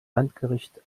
landgericht